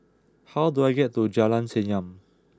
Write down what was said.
how do I get to Jalan Senyum